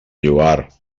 lloar